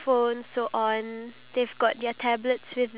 (uh huh) and also the